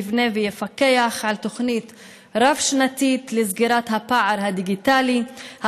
שיבנה תוכנית רב-שנתית לסגירת הפער הדיגיטלי ויפקח עליה.